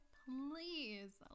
please